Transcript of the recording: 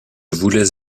voulais